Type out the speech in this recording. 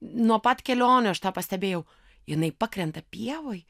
nuo pat kelionių aš tą pastebėjau jinai pakrenta pievoj